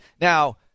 Now